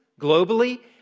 globally